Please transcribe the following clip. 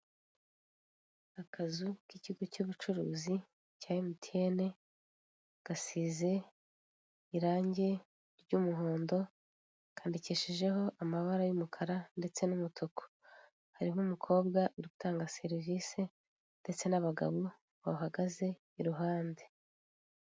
Akazu k'ikigo cy'ubucuruzi ka emutiyene gasize irange ry'umuhondo, kandikishijeho amabara y'umukara ndetse n'umutuku, hariho umukobwa uri gutanga serivise ndetse n'abagabo bahagaze iruhande.